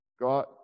God